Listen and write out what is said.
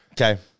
Okay